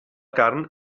carn